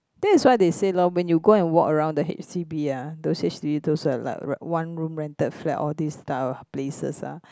that is why they say lor when you go and walk around the h_d_b ah those h_d_b those uh like one room rented flat all this type of places ah